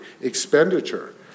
expenditure